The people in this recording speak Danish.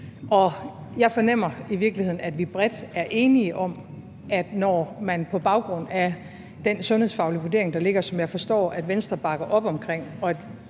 virkeligheden, at vi bredt er enige om, at når man på baggrund af den sundhedsfaglige vurdering, der ligger, og som jeg forstår Venstre bakker op om,